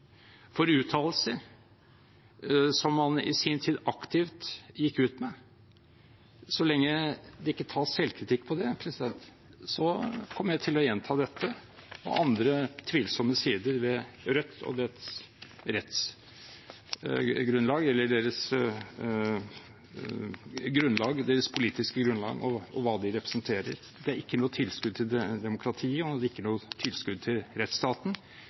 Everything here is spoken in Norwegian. for uttalelser man i sin tid aktivt gikk ut med, så lenge det ikke tas selvkritikk på det, kommer jeg til å gjenta dette og andre tvilsomme sider ved Rødt og dets rettsgrunnlag eller deres politiske grunnlag og hva de representerer. Det er ikke noe tilskudd til demokratiet, og det er ikke noe tilskudd til rettsstaten